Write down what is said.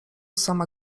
sama